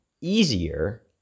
easier